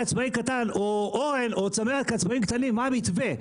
כעצמאי קטן או אורן או צמרת כעצמאים קטנים מה המתווה.